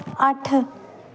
ਅੱਠ